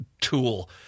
tool